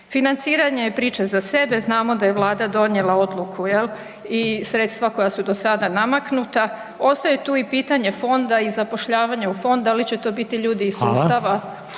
Financiranje je priča za sebe, znamo da je Vlada donijela odluku jel i sredstva koja su do sada namaknuta, ostaje tu i pitanje fonda i zapošljavanje u fond, da li će to biti ljudi iz sustava